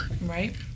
Right